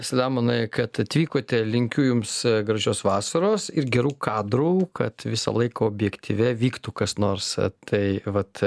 selemonai kad atvykote linkiu jums gražios vasaros ir gerų kadrų kad visą laiką objektyve vyktų kas nors tai vat